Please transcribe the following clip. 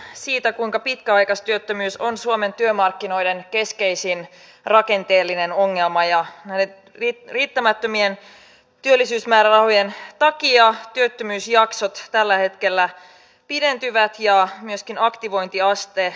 tässä on puhuttu hyvin siitä kuinka pitkäaikaistyöttömyys on suomen työmarkkinoiden keskeisin rakenteellinen ongelma ja näiden riittämättömien työllisyysmäärärahojen takia työttömyysjaksot tällä hetkellä pidentyvät ja myöskin aktivointiaste laskee